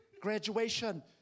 Graduation